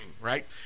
right